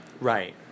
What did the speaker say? Right